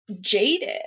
jaded